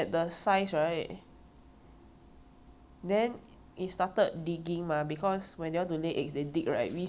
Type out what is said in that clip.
then it started digging mah because when they want to lay eggs they dig right research is maybe around seven lah